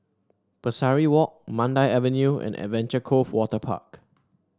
Pesari Walk Mandai Avenue and Adventure Cove Waterpark